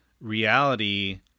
reality